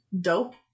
Dope